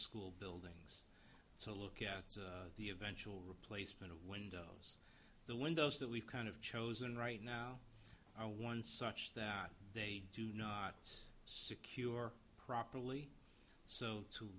school bill so look at the eventual replacement of windows the windows that we've kind of chosen right now are one such that they do not secure properly so to